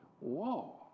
Whoa